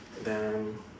then